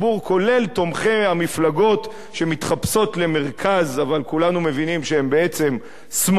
כולל תומכי המפלגות שמתחפשות למרכז אבל כולנו מבינים שהן בעצם שמאל,